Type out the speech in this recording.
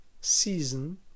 season